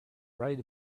right